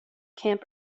camp